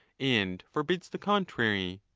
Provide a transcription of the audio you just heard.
and forbids the con trary.